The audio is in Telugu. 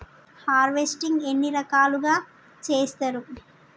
హార్వెస్టింగ్ ఎన్ని రకాలుగా చేస్తరు?